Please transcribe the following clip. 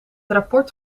rapport